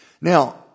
Now